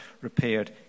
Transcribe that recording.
repaired